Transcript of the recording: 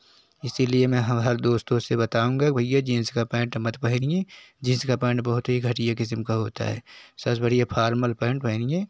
इसीलिए मैं हर दोस्तों से बताऊँगा भैया जीन्स का पैंट मत पहनिए जीन्स का पैंट बहुत ही घटिया किस्म का होता है सबसे बढ़िया फॉर्मल पैंट पहनिए